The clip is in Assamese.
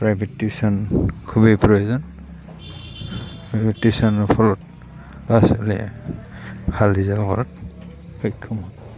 প্ৰাইভেট টিউশ্যন খুবেই প্ৰয়োজন প্ৰাইভেট টিউশ্যনৰ ফলত ল'ৰা ছোৱালীয়ে শিক্ষা জীৱনত সক্ষম হয়